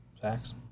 Facts